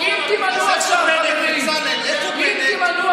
אם תימנעו עכשיו, חברים, בצלאל, איפה בנט?